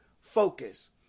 focus